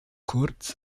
kurz